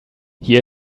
hier